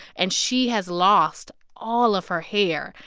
and she has lost all of her hair.